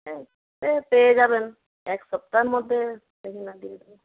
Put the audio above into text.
এ এ পেয়ে যাবেন এক সপ্তাহের মধ্যে দেখি না দিয়ে দেবো